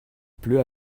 pleut